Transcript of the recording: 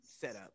setup